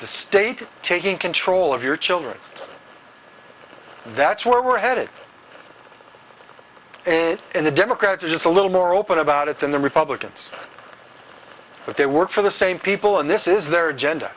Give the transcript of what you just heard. the state taking control of your children that's where we're headed and the democrats are just a little more open about it than the republicans but they work for the same people and this is their agenda